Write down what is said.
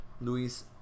Luis